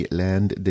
land